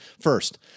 First